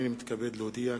הנני מתכבד להודיע,